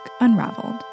Unraveled